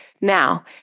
Now